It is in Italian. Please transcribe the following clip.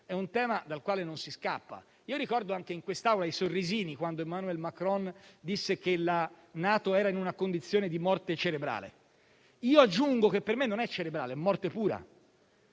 istante fa, non si scappa. Ricordo anche in quest'Aula i sorrisini, quando Emmanuel Macron disse che la NATO era in una condizione di morte cerebrale. Aggiungo che per me non è cerebrale, ma morte pura,